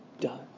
done